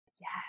Yes